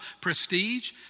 prestige